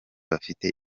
bafite